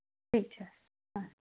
ઠીક છે હા